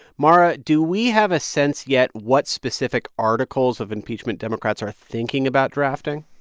mara, do we have a sense yet what specific articles of impeachment democrats are thinking about drafting?